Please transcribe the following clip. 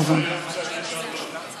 ההצעה להעביר לוועדה את הצעת